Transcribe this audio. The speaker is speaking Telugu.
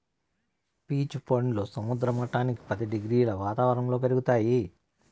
పీచ్ పండ్లు సముద్ర మట్టానికి పది డిగ్రీల వాతావరణంలో పెరుగుతాయి